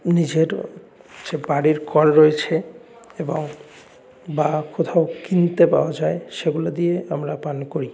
নিজের যে বাড়ির কল রয়েছে এবং বা কোথাও কিনতে পাওয়া যায় সেগুলো দিয়ে আমরা পান করি